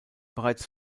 bereits